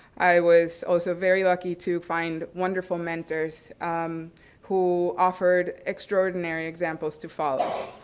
i was also very lucky to find wonderful mentors who offered extraordinary examples to follow.